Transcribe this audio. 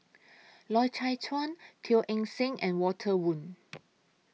Loy Chye Chuan Teo Eng Seng and Walter Woon